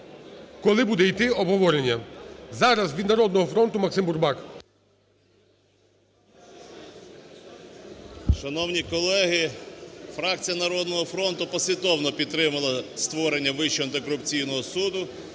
коли буде йти обговорення. Зараз від "Народного фронту" Максим Бурбак. 12:59:26 БУРБАК М.Ю. Шановні колеги, фракція "Народного фронту" послідовно підтримала створення Вищого антикорупційного суду,